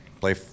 play